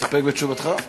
הצעה נוספת.